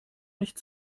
nicht